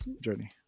journey